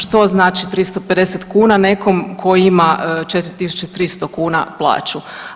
Što znači 350 kuna nekom ko ima 4.300 kuna plaću?